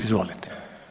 Izvolite.